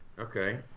Okay